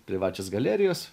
privačios galerijos